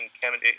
candidate